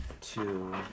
Two